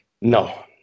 No